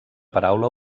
paraula